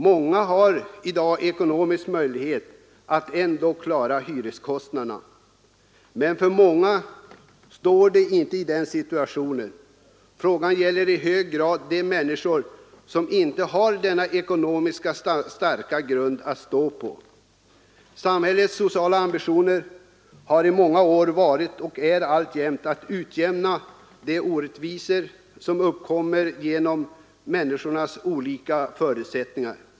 Många har i dag ekonomisk möjlighet att ändock klara hyreskostnaderna. Men det är många som inte befinner sig i den situationen, och problemet gäller i hög grad de människor som inte har denna ekonomiskt starka grund att stå på. Samhällets sociala ambition har i många år varit och är alltjämt att utjämna de orättvisor som uppkommer genom människornas olika förutsättningar.